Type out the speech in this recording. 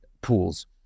pools